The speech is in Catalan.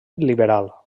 liberal